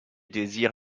désir